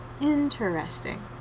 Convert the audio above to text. interesting